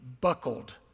buckled